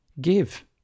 give